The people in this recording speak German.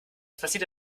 passiert